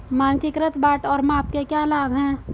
मानकीकृत बाट और माप के क्या लाभ हैं?